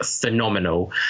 phenomenal